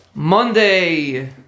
Monday